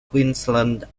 queensland